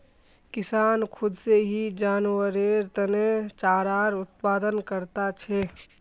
किसान खुद से ही जानवरेर तने चारार उत्पादन करता छे